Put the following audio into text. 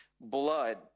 blood